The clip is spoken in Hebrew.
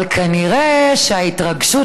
אבל כנראה ההתרגשות,